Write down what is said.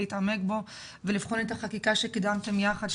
להתעמק בו ולבחון את החקיקה שקידמתן יחד,